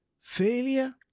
failure